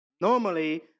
normally